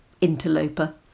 Interloper